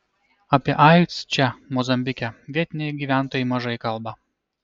apie aids čia mozambike vietiniai gyventojai mažai kalba